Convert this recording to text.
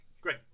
great